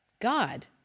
God